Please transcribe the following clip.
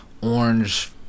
orange